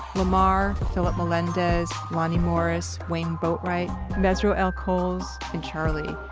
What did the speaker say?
lemar philip melendez, lonnie morris, wayne boatwright, mesro el-coles, and charlie,